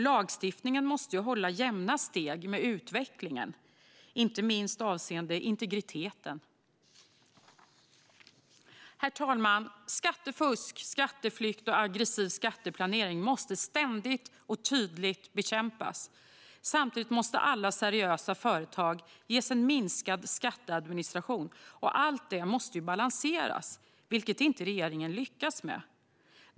Lagstiftningen måste hålla jämna steg med utvecklingen, inte minst avseende integriteten. Herr talman! Skattefusk, skatteflykt och aggressiv skatteplanering måste ständigt och tydligt bekämpas. Samtidigt måste alla seriösa företag ges en minskad skatteadministration. Allt detta måste balanseras, vilket regeringen inte lyckats med.